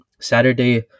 Saturday